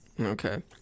Okay